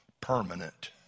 permanent